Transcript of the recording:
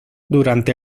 durante